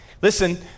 Listen